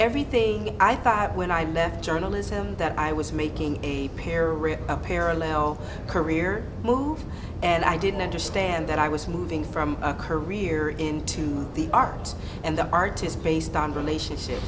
everything i thought when i left journalism that i was making a parent a parallel career move and i didn't understand that i was moving from a career into the art and the artist based on relationship